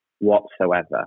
whatsoever